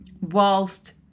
whilst